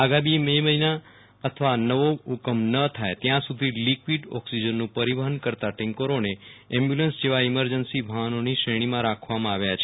આગામી બે મહિના અથવા તો નવો હુકમ ન થાય ત્યાં સુધી લીક્વીડ ઓક્સિજનનું પરિવહન કરતાં ટેન્કરોને એમ્બ્યુલન્સ જેવા ઈમરજન્સી વાહનોની શ્રેણીમાં રાખવામાં આવ્યા છે